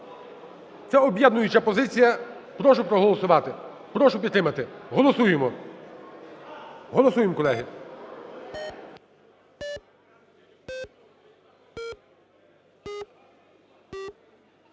Це об'єднуюча позиція. Прошу проголосувати. Прошу підтримати. Голосуємо. Голосуємо, колеги.